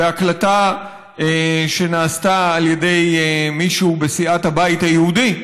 בהקלטה שנעשתה על ידי מישהו בסיעת הבית היהודי: